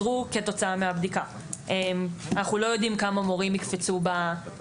אנחנו לא יודעים כמה מורים יקפצו במצ'ינג הראשוני שאנחנו מדברים עליו,